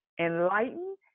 enlighten